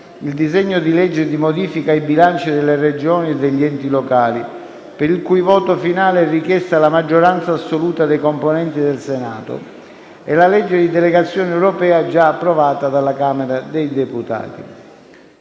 il disegno di legge di modifica ai bilanci delle Regioni e degli enti locali, per il cui voto finale è richiesta la maggioranza assoluta dei componenti del Senato, e la legge di delegazione europea, già approvata dalla Camera dei deputati.